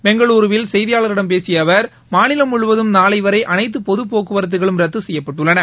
பெங்களூருவில் செய்தியாளர்களிடம் பேசிய அவர் மாநிலம் முழுவதும் நாளை வரை அனைத்து பொது போக்குவரத்துகள் ரத்து செய்யப்பட்டுள்ளன